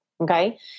okay